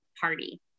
party